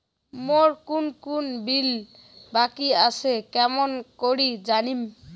মোর কুন কুন বিল বাকি আসে কেমন করি জানিম?